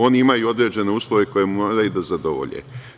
Oni imaju određene uslove koje moraju da zadovolje.